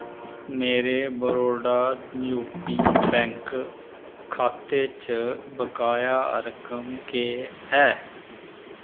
मेरे Baroda U P bank खाते च बकाया रकम केह् ऐ